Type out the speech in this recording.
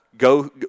Go